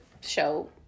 show